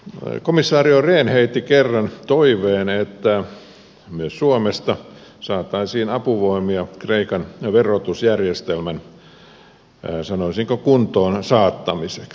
komissaari rehn heitti kerran toiveen että myös suomesta saataisiin apuvoimia kreikan verotusjärjestelmän sanoisinko kuntoon saattamiseksi